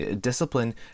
discipline